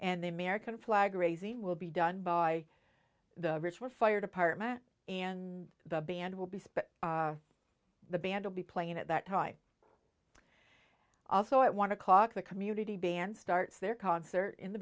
and the american flag raising will be done by the ritual fire department and the band will be spent the band will be playing at that time also at one o'clock the community band starts their concert in the